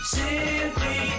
simply